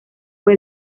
fue